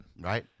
right